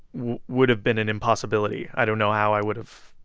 would have been an impossibility. i don't know how i would have.